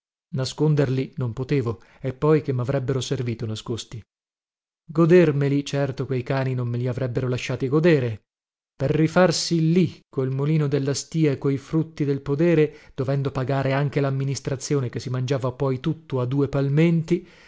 nasconderli non potevo e poi a che mavrebbero servito nascosti godermeli certo quei cani non me li avrebbero lasciati godere per rifarsi lì col molino della stìa e coi frutti del podere dovendo pagare anche lamministrazione che si mangiava poi tutto a due palmenti